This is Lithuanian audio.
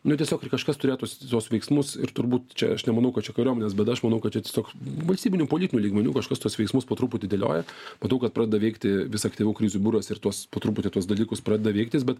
nu tiesiog ir kažkas turėtus tuos veiksmus ir turbūt čia aš nemanau kad čia kariuomenės bėda aš manau kad čia tiesiog valstybinių politinių lygmenių kažkas tuos veiksmus po truputį dėliojat matau kad pradeda veikti vis aktyviau krizių biuras ir tuos po truputį tuos dalykus pradeda veiktis bet